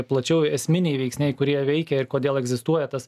plačiau esminiai veiksniai kurie veikia ir kodėl egzistuoja tas